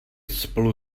spolu